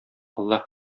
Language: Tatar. аллаһы